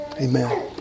Amen